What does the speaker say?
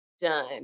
done